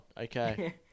Okay